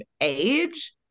age